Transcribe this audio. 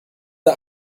der